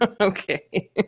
Okay